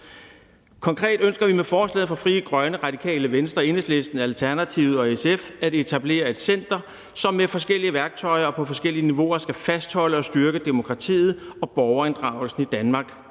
Konkret ønsker vi med forslaget fra Frie Grønne, Radikale Venstre, Enhedslisten, Alternativet og SF at etablere et center, som med forskellige værktøjer og på forskellige niveauer skal fastholde og styrke demokratiet og borgerinddragelsen i Danmark